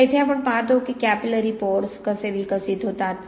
तर येथे आपण पाहतो की कॅपिलॅरी पोअर्स कसे विकसित होतात